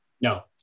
no